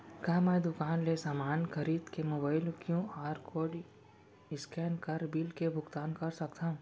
का मैं दुकान ले समान खरीद के मोबाइल क्यू.आर कोड स्कैन कर बिल के भुगतान कर सकथव?